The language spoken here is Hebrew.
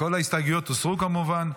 כל ההסתייגויות הוסרו, כמובן.